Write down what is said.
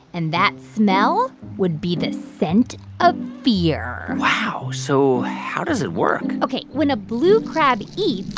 and that smell would be the scent of fear wow. so how does it work? ok. when a blue crab eats,